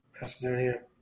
Macedonia